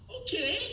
Okay